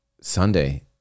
Sunday